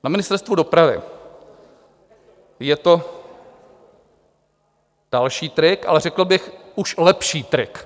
Na Ministerstvu dopravy je to další trik, ale řekl bych už lepší trik.